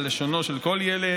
על לשונו של כל ילד,